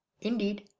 Indeed